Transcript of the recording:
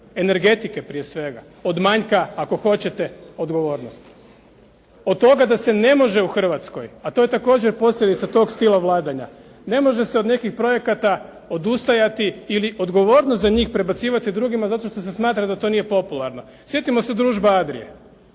energetike prije svega, od manjka ako hoćete odgovornosti. Od toga da se ne može u Hrvatskoj, a to je također posljedica tog stila vladanja, ne može se od nekih projekata odustajati ili odgovornost za njih prebacivati drugima zato što se smatra da to nije popularno. Sjetimo se Družba Adria.